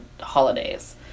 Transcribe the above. holidays